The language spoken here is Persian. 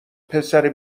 پسر